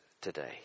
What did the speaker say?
today